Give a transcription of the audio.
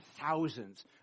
thousands